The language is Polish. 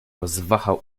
rozwahał